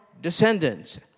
descendants